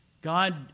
God